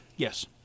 Yes